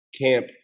camp